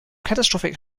catastrophic